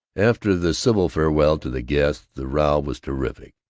after the civil farewell to the guests, the row was terrific,